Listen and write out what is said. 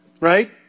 right